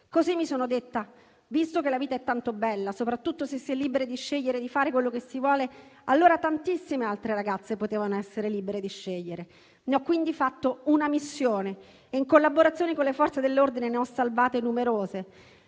Così mi sono detta: visto che la vita è tanto bella, soprattutto se si è libere di scegliere e di fare quello che si vuole, allora tantissime altre ragazze potevano essere libere di scegliere. Ne ho, quindi, fatto una missione e, in collaborazione con le Forze dell'ordine, ne ho salvate numerose.